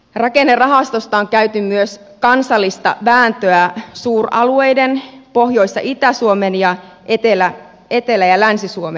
rakennerahastosta on käyty myös kansallista vääntöä suuralueiden pohjois ja itä suomen ja etelä ja länsi suomen välillä